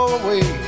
away